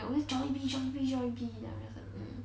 they always Jollibee Jollibee Jollibee then I'm just like em